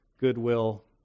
goodwill